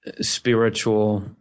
spiritual